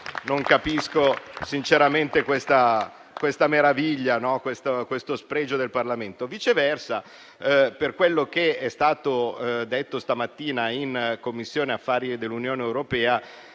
meraviglia e questo spregio del Parlamento. Viceversa, per quello che è stato detto stamattina in Commissione politiche dell'Unione europea,